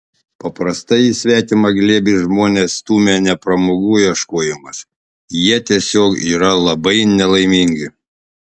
paprastai į svetimą glėbį žmones stumia ne pramogų ieškojimas jie tiesiog yra labai nelaimingi